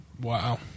wow